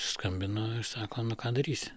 skambinu ir sako nu ką darysi